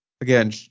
Again